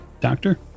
Doctor